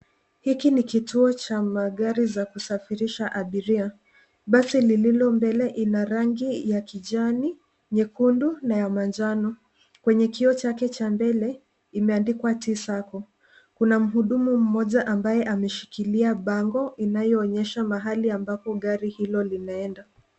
Hiki ni kituo cha magari za kusafirisha abiria. Basi lililo mbele ina rangi ya kijani, nyekundu, na ya manjano. Kwenye kioo chake cha mbele, imeandikwa T Sacco. Kuna mhudumu mmoja ambaye ameshikilia bango, inayoonesha mahali ambapo gari hilo linanenda.